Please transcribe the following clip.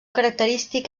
característic